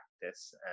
practice